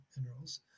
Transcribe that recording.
minerals